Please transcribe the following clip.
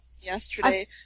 yesterday